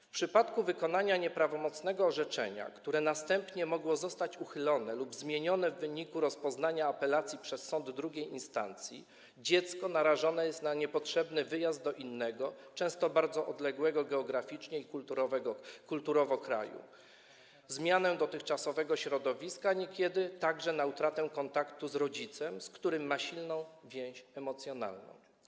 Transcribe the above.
W przypadku wykonania nieprawomocnego orzeczenia, które następnie mogło zostać uchylone lub zmienione w wyniku rozpoznania apelacji przez sąd II instancji, dziecko narażone jest na niepotrzebny wyjazd do innego, często bardzo odległego geograficznie i kulturowo kraju, na zmianę dotychczasowego środowiska, a niekiedy także na utratę kontaktu z rodzicem, z którym ma silną więź emocjonalną.